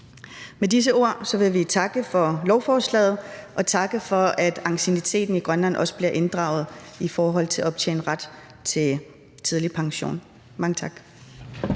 Med disse ord vil vi takke for lovforslaget og takke for, at ancienniteten i Grønland også bliver inddraget i forhold til at optjene ret til tidlig pension. Mange tak.